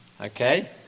Okay